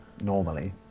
normally